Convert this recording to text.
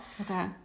Okay